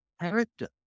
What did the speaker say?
character